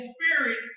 Spirit